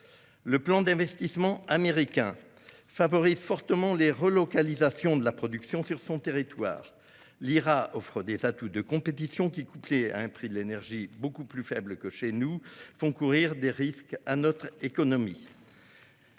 Le plan d'investissement des États-Unis favorise fortement la relocalisation de la production sur leur territoire. L'IRA offre des atouts de compétition, qui, couplés à un prix de l'énergie très faible dans ce pays, font courir des risques à notre industrie.